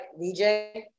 DJ